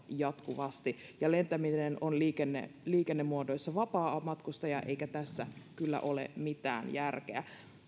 jatkuvasti ja lentäminen on liikennemuodoissa vapaamatkustaja eikä tässä kyllä ole mitään järkeä